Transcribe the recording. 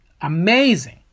amazing